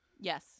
Yes